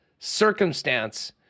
circumstance